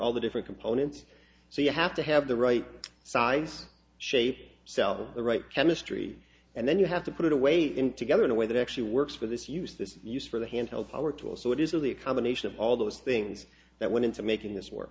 all the different components so you have to have the right size shape sell them the right chemistry and then you have to put it away them together in a way that actually works for this use this use for the handheld power tool so it is really a combination of all those things that went into making this w